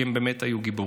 כי הם באמת היו גיבורים.